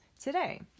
today